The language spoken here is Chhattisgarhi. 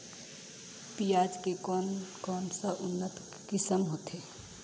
पियाज के कोन कोन सा उन्नत किसम होथे?